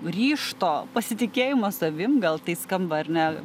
ryžto pasitikėjimo savim gal tai skamba ar ne